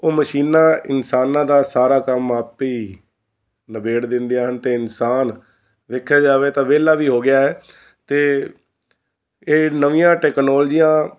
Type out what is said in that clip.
ਉਹ ਮਸ਼ੀਨਾਂ ਇਨਸਾਨਾਂ ਦਾ ਸਾਰਾ ਕੰਮ ਆਪ ਨਿਬੇੜ ਦਿੰਦੀਆਂ ਹਨ ਅਤੇ ਇਨਸਾਨ ਵੇਖਿਆ ਜਾਵੇ ਤਾਂ ਵਿਹਲਾ ਵੀ ਹੋ ਗਿਆ ਹੈ ਅਤੇ ਇਹ ਨਵੀਆਂ ਟੈਕਨੋਲਜੀਆਂ